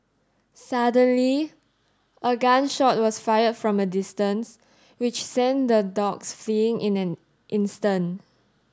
suddenly a gun shot was fired from a distance which sent the dogs fleeing in an instant